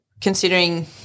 considering